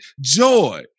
joy